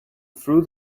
through